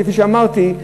כפי שאמרתי,